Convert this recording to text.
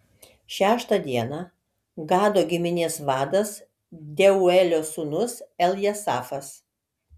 šeštą dieną gado giminės vadas deuelio sūnus eljasafas